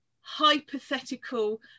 hypothetical